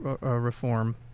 reform